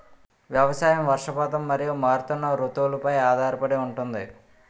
వ్యవసాయం వర్షపాతం మరియు మారుతున్న రుతువులపై ఆధారపడి ఉంటుంది